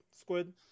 Squid